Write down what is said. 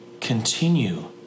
continue